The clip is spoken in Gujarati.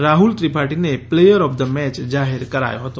રાહ્લ ત્રિપાઠીને પ્લેયર ઓફ ધ મેચ જાહેર કરાયો હતો